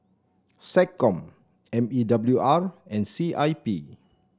SecCom M E W R and C I P